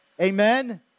Amen